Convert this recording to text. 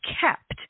kept